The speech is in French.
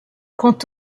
quant